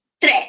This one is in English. tres